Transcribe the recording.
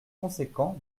conséquent